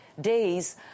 days